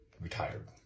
retired